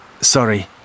sorry